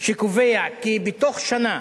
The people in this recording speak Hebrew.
שקובע כי בתוך שנה